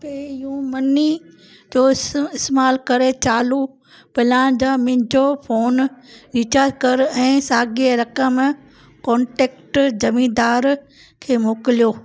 पे U money जो इस इस्माल करे चालू प्लान सां मुंहिंजो फ़ोन रीचार्ज कर ऐं साॻिई रक़म कॉन्टेक्ट जमीदार खे मोकिलियो